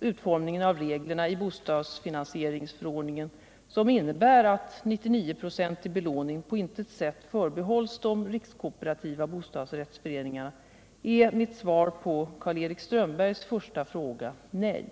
utformningen av reglerna i bostadsfinansieringsförordningen, som innebär att 99-procentig belåning på intet sätt förbehålls rikskooperativa bostadsrättsföreningar, är mitt svar på Karl-Erik Strömbergs första fråga nej.